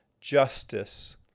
justice